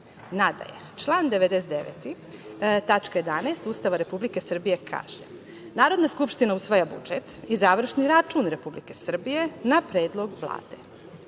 Nadalje, član 99. tačka 11) Ustava Republike Srbije kaže: „Narodna skupština usvaja budžet i završni račun Republike Srbije na predlog Vlade“.